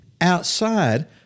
outside